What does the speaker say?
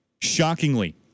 Shockingly